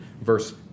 verse